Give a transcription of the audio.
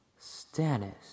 Stannis